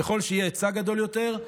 ככל שיהיה היצע גדול יותר,